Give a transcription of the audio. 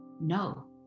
No